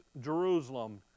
Jerusalem